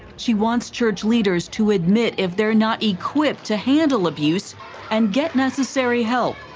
she wants church leaders to admit if they are not equipped to handle abuse and get necessary help.